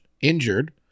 injured